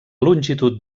longitud